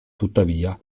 tuttavia